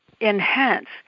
enhance